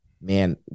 man